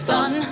Sun